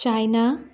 China